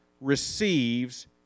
receives